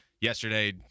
yesterday